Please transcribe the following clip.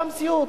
זו המציאות.